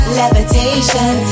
levitation